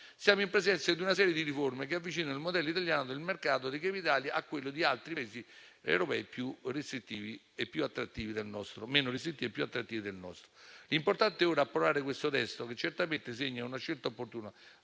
siamo in presenza di una serie di riforme che avvicinano il modello italiano del mercato dei capitali a quello di altri Paesi europei meno restrittivi e più attrattivi del nostro. L'importante ora è approvare questo testo, che certamente segna una scelta opportuna,